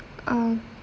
uh